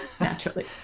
Naturally